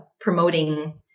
promoting